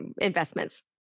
investments